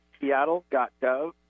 Seattle.gov